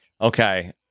Okay